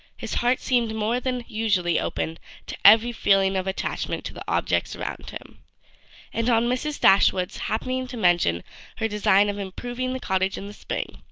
his heart seemed more than usually open to every feeling of attachment to the objects around him and on mrs. dashwood's happening to mention her design of improving the cottage in the spring,